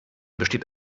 besteht